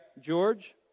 George